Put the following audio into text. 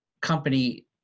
company